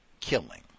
killing